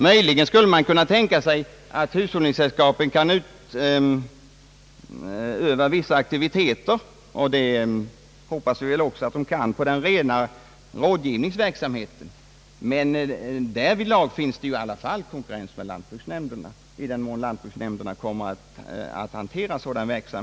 Möjligen skulle man kunna tänka sig att hushållningssällskapen kan utöva vissa aktiviteter — vilket vi väl också hoppas att de skall göra — på ett rent rådgivande plan, men därvidlag har ju ändå lanibruksnämnderna i den mån dessa kommer att bedriva sådan verksamhet, en konkurrens att befara från annat håll i viss utsträckning redan utbyggd exempelvis inom jordbrukets ekonomiska föreningsrörelse.